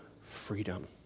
freedom